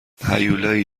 هیولایی